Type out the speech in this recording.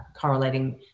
correlating